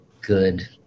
good